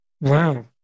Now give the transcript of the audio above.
wow